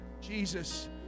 Jesus